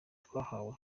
twahawe